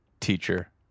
teacher